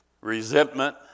resentment